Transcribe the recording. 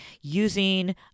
using